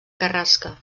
carrasca